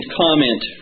comment